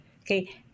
Okay